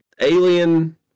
Alien